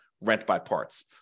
rent-by-parts